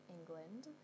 England